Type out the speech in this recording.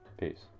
Peace